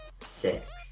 Six